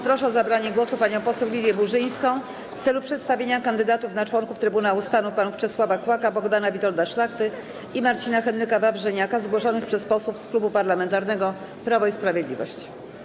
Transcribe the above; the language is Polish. Proszę o zabranie głosu panią poseł Lidię Burzyńską w celu przedstawienia kandydatów na członków Trybunału Stanu: panów Czesława Kłaka, Bogdana Witolda Szlachty i Marcina Henryka Wawrzyniaka, zgłoszonych przez posłów z Klubu Parlamentarnego Prawo i Sprawiedliwość.